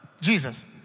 Jesus